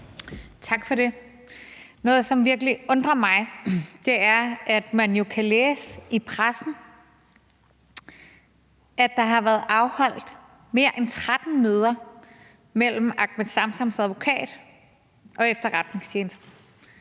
Tak for det. Noget, som virkelig undrer mig, er, at man jo kan læse i pressen, at der har været afholdt mere end 13 møder mellem Ahmed Samsams advokat og efterretningstjenesten